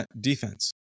defense